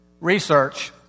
research